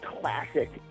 classic